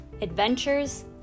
adventures